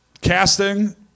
Casting